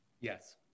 Yes